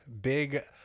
big